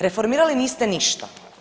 Reformirali niste ništa.